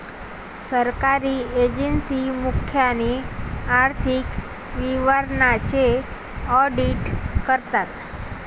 सरकारी एजन्सी प्रामुख्याने आर्थिक विवरणांचे ऑडिट करतात